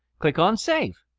click on save.